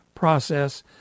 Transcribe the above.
Process